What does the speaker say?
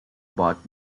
bot